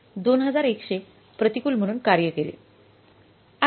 हे 2100 प्रतिकूल म्हणून कार्य केले